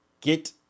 get